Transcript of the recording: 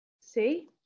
See